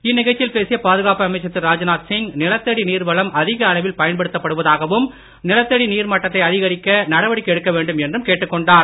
இந்நிகழ்ச்சியில் பேசிய பாதுகாப்பு அமைச்சர் திரு ராஜ்நாத் சிங் நிலத்தடி நீர்வளம் அதிக அளவில் பயன்படுத்தப்படுவதாகவும் நிலத்தடி நீர் மட்டத்தை அதிகரிக்க நடவடிக்கை எடுக்க வேண்டும் என்றும் கேட்டுக் கொண்டார்